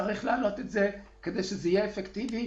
צריך להעלות את זה כדי שזה יהיה אפקטיבי,